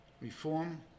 Reform